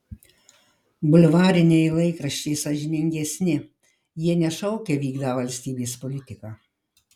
bulvariniai laikraščiai sąžiningesni jie nešaukia vykdą valstybės politiką